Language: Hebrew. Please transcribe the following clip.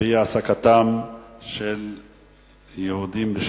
באי-העסקת יהודים בשבת,